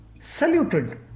saluted